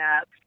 up